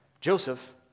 Joseph